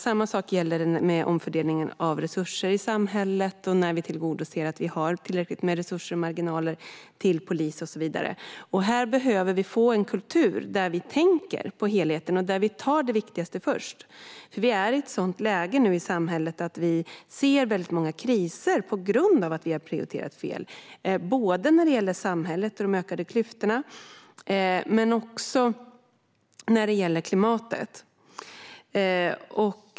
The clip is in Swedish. Samma sak gäller med omfördelningen av resurser i samhället och när vi ser till att vi har tillräckligt med resurser och marginaler till polis och så vidare. Här behöver vi få en kultur där vi tänker på helheten och där vi tar det viktigaste först, för vi är nu i ett sådant läge i samhället att vi ser väldigt många kriser på grund av att vi har prioriterat fel. Det gäller samhället och de ökade klyftorna men också klimatet.